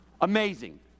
amazing